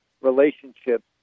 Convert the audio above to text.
relationships